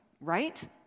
Right